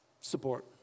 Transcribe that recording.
Support